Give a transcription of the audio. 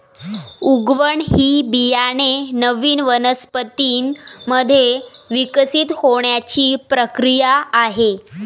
उगवण ही बियाणे नवीन वनस्पतीं मध्ये विकसित होण्याची प्रक्रिया आहे